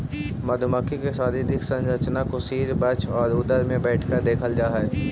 मधुमक्खी के शारीरिक संरचना को सिर वक्ष और उदर में बैठकर देखल जा हई